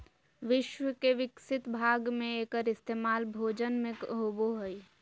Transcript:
विश्व के विकसित भाग में एकर इस्तेमाल भोजन में होबो हइ